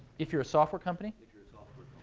if you're a software company? if you're a software